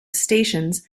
stations